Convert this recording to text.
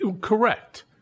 Correct